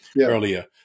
earlier